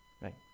Right